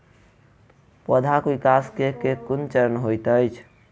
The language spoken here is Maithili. पौधाक विकास केँ केँ कुन चरण हएत अछि?